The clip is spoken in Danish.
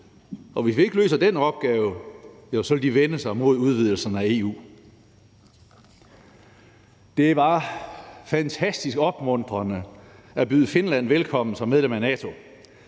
og hvis vi ikke løser den opgave, vil de vende sig mod udvidelserne af EU. Det var fantastisk opmuntrende at byde Finland velkommen som medlem af NATO,